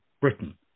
Britain